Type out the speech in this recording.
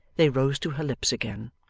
they rose to her lips again.